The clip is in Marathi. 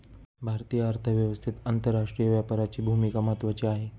भारतीय अर्थव्यवस्थेत आंतरराष्ट्रीय व्यापाराची भूमिका महत्त्वाची आहे